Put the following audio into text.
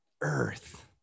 earth